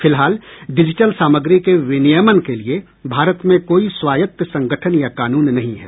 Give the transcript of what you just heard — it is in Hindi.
फिलहाल डिजिटल सामग्री के विनियमन के लिए भारत में कोई स्वायत्त संगठन या कानून नहीं है